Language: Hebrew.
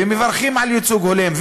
ומברכים על ייצוג הולם,